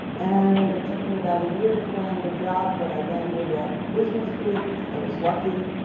and it took me about a year to land a job. but i landed it at business week. i was lucky.